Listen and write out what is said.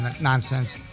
nonsense